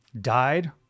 died